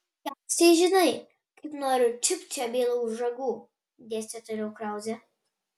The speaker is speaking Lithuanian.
puikiausiai žinai kaip noriu čiupt šią bylą už ragų dėstė toliau krauzė